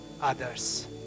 others